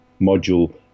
module